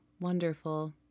Wonderful